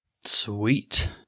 Sweet